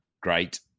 great